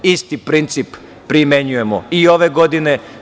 Isti princip primenjujemo i ove godine.